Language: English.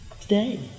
today